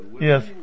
Yes